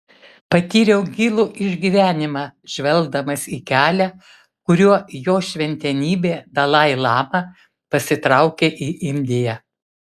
patyriau gilų išgyvenimą žvelgdamas į kelią kuriuo jo šventenybė dalai lama pasitraukė į indiją